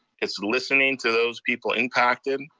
it's listening to those people impacted,